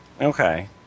Okay